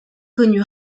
connut